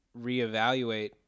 reevaluate